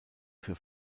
für